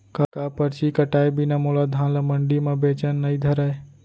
का परची कटाय बिना मोला धान ल मंडी म बेचन नई धरय?